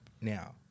now